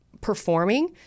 performing